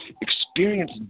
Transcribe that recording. experience